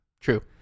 true